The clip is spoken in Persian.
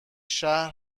شهر